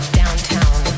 downtown